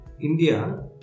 India